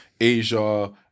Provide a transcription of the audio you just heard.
Asia